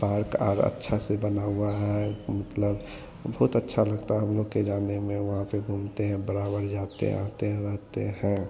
park और अच्छे से बना हुआ है मतलब बहुत अच्छा लगता है हम लोग के जाने में वहाँ पर घूमते हैं बराबर जाते आते रहते हैं